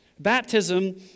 Baptism